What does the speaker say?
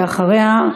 ואחריה,